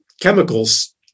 chemicals